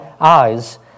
eyes